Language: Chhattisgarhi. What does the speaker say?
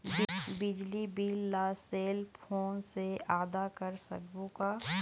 बिजली बिल ला सेल फोन से आदा कर सकबो का?